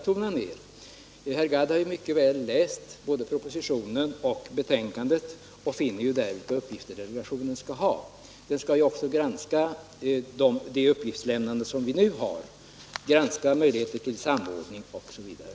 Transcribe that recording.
Herr Gadd har ju läst både propositionen och betänkandet och finner där vilka uppgifter delegationen skall ha. 75 Den skall också granska det uppgiftslämnande som nu förekommer, undersöka möjligheter till samordning osv.